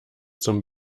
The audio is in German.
zum